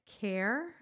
CARE